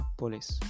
police